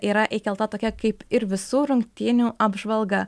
yra įkelta tokia kaip ir visų rungtynių apžvalga